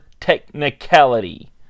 technicality